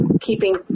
keeping